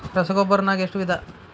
ರಸಗೊಬ್ಬರ ನಾಗ್ ಎಷ್ಟು ವಿಧ?